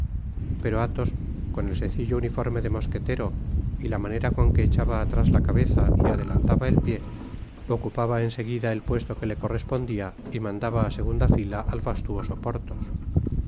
pero athos con el sencillo uniforme de mosquetero y la manera jon que echaba atrás la cabeza y adelantaba el pié ocupaba en seguida el puesto que le correspondia y mandaba á segunda fila al fastuoso